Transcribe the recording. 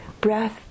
breath